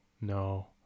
no